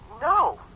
No